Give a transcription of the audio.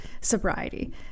sobriety